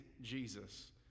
Jesus